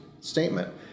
statement